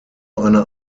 einer